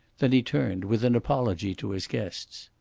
then he turned with an apology to his guests.